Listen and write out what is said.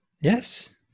Yes